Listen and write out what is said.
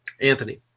Anthony